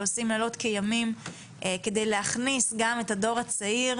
שעושים לילות כימים כדי להכניס גם את הדור הצעיר,